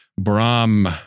Brahm